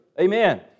Amen